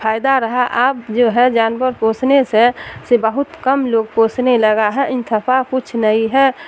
فائدہ رہا اب جو ہے جانور پوسنے سے سے بہت کم لوگ پوسنے لگا ہے انتفا کچھ نہیں ہے